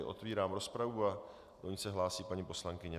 Otvírám rozpravu a do ní se hlásí paní poslankyně.